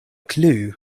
clue